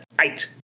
eight